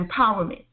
empowerment